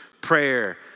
prayer